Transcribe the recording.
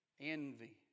Envy